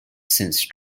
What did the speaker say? since